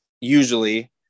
usually